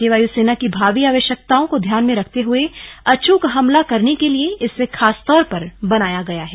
भारतीय वायुसेना की भावी आवश्यकताओं को ध्यान में रखते हुए अच्क हमला करने के लिए इसे खासतौर पर बनाया गया है